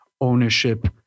ownership